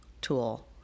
tool